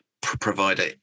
provider